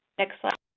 next slide.